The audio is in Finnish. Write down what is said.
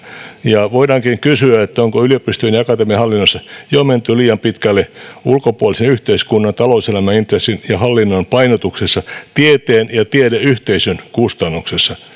ja voidaankin kysyä onko yliopistojen ja akatemian hallinnoissa jo menty liian pitkälle ulkopuolisen yhteiskunnan talouselämän intressin ja hallinnon painotuksessa tieteen ja tiedeyhteisön kustannuksella